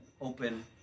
open